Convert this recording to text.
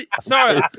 sorry